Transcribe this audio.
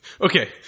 Okay